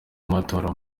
amatora